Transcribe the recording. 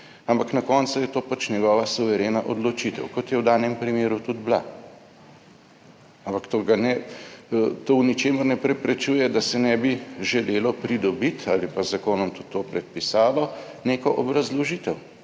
ampak na koncu je pač njegova suverena odločitev, kot je v danem primeru tudi bila, ampak to v ničemer ne preprečuje, da se ne bi želelo pridobiti ali pa z zakonom tudi to predpisalo neko obrazložitev,